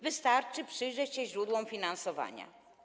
Wystarczy przyjrzeć się źródłom finansowania.